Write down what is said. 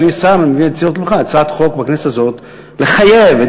אדוני סגן השר הצעת חוק בכנסת הזאת לחייב את